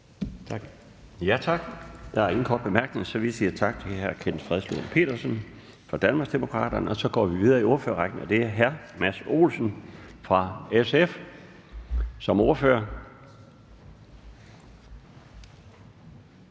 Tak. Der er ingen korte bemærkninger, så vi siger tak til hr. Kenneth Fredslund Petersen fra Danmarksdemokraterne. Så går vi videre i ordførerrækken, og det er hr. Mads Olsen fra SF som ordfører.